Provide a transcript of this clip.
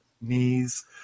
knees